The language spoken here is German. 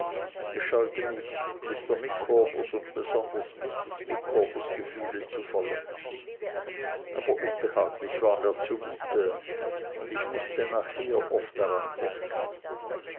ich scheute mich mr micawbers und besonders mrs micawbers gefühle zu verletzen aber unbehaglich war mir zumute und ich mußte nachher oft daran denken